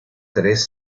tres